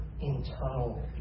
internal